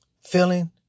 feeling